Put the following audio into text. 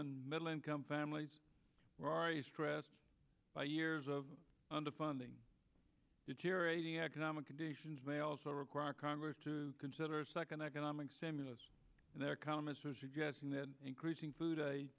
and middle income families were already stressed by years of underfunding deteriorating economic conditions may also require congress to consider a second economic stimulus and their comments are suggesting that increasing food